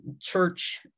church